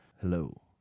Hello